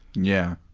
yeah.